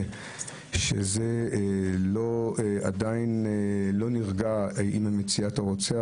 שזה עדיין לא נרגע עם מציאת הרוצח,